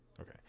Okay